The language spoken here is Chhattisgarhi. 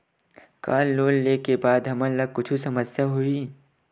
का लोन ले के बाद हमन ला कुछु समस्या होही?